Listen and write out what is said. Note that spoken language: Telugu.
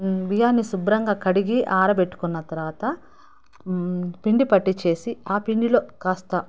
బియ్యాన్ని శుభ్రంగా కడిగి ఆరబెట్టుకున్న తర్వాత పిండి పట్టిచ్చేసి ఆ పిండిలో కాస్త